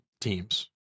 teams